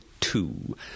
two